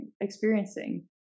experiencing